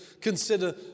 consider